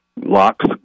locks